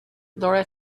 laura